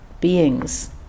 beings